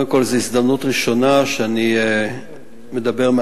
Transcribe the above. קודם כול זו הפעם הראשונה שאני מדבר על